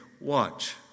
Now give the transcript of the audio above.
Watch